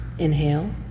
Inhale